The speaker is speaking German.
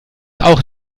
auch